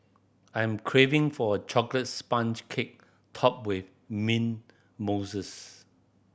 I'm craving for a chocolates sponge cake topped with mint mousse